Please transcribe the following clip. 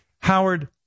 Howard